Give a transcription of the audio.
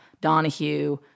Donahue